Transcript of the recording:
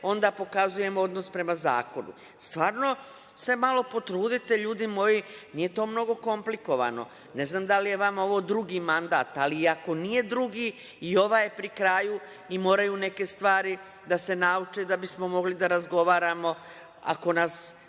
onda pokazujemo odnos prema zakonu. Stvarno se malo potrudite ljudi moji, nije to mnogo komplikovano. Ne znam da li je vama ovo drugi mandat, ali i ako nije drugi i ovaj je pri kraju i moraju neke stvari da se nauče da bismo mogli da razgovaramo ako nas,